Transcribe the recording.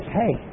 hey